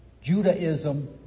Judaism